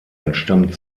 entstammen